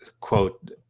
quote